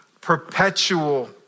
Perpetual